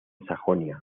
sajonia